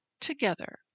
together